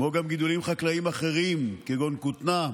כמו גם גידולים חקלאיים אחרים כגון כותנה,